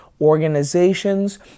organizations